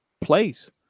place